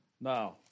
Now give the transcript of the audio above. Now